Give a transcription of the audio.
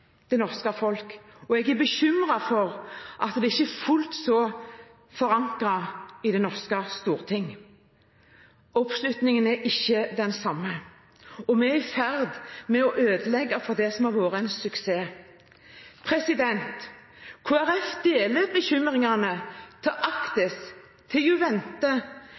det norske folk. Jeg er bekymret for at det ikke er fullt så forankret i Det norske storting, oppslutningen er ikke den samme. Vi er i ferd med å ødelegge for det som har vært en suksess. Kristelig Folkeparti deler bekymringene til Actis, til